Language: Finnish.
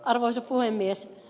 arvoisa puhemies